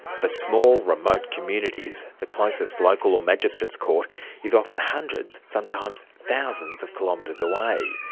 for small, remote communities, the closest local or magistrate's court is often hundreds, sometimes thousands of kilometres away.